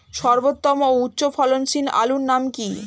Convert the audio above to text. সর্বোত্তম ও উচ্চ ফলনশীল আলুর নাম কি?